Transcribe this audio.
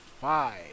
five